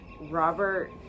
Robert